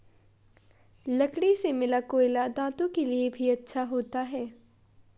लकड़ी से मिला कोयला दांतों के लिए भी अच्छा होता है